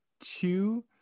two